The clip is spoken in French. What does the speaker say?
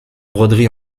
broderie